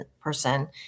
person